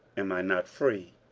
am i not free?